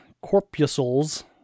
corpuscles